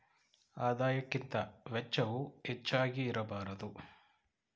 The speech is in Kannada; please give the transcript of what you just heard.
ಆದಾಯಕ್ಕಿಂತ ವೆಚ್ಚವು ಹೆಚ್ಚಾಗಿ ಇರಬಾರದು